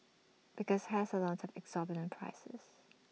because hair salons have exorbitant prices